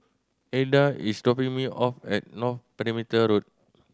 Elida is dropping me off at North Perimeter Road